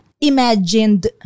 imagined